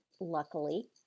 luckily